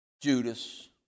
Judas